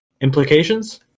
Implications